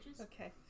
Okay